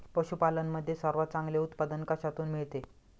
पशूपालन मध्ये सर्वात चांगले उत्पादन कशातून मिळते?